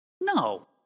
No